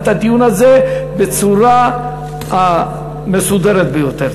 את הדיון הזה בצורה המסודרת ביותר.